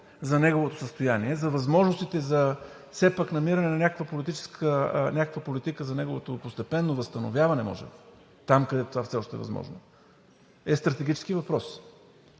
за неговото състояние, за възможностите, за все пак намиране на някаква политика, за неговото постепенно възстановяване може би, където това все още е възможно, е стратегически въпрос.